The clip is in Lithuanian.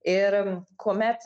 ir kuomet